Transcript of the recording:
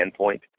endpoint